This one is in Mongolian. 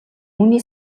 үүний